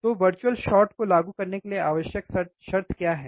तो virtual short को लागू करने के लिए आवश्यक शर्त क्या है